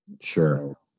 sure